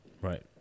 right